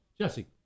Jesse